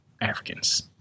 Africans